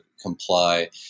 comply